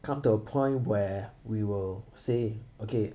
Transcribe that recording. come to a point where we will say okay